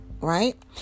right